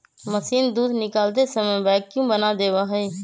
machine दूध निकालते समय वैक्यूम बना देवा हई